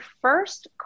first